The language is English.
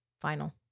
final